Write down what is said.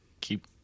keep